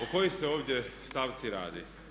O kojoj se ovdje stavci radi?